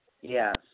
Yes